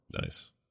Nice